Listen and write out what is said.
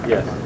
Yes